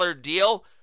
deal